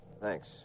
Thanks